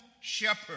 shepherd